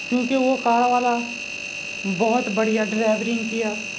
کیونکہ وہ کار والا بہت بڑھیا ڈرائیورنگ کیا